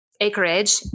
acreage